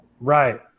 right